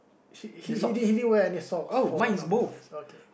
she he he didn't wear any socks for one of his okay